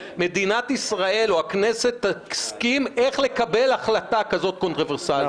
מדינת ישראל או הכנסת תסכים איך לקבל החלטה כזאת קונטרוברסלית.